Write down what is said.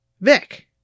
Vic